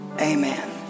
Amen